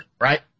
right